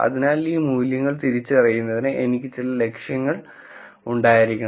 അതിനാൽ ഈ മൂല്യങ്ങൾ തിരിച്ചറിയുന്നതിന് എനിക്ക് ചില ലക്ഷ്യങ്ങൾ ഉണ്ടായിരിക്കണം